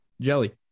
Jelly